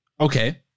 Okay